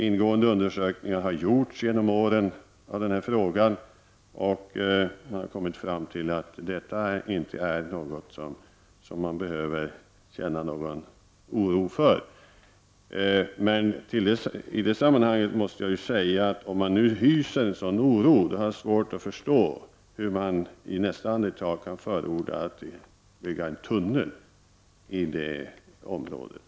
Ingående undersökningar har genom åren gjorts i denna fråga, och man har kommit fram till att man inte behöver känna någon oro för detta. I det sammanhanget måste jag säga att jag har svårt att förstå hur man, om man nu hyser en sådan oro, i nästa andetag kan förorda att vi skall bygga en tunnel i detta område.